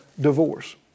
divorce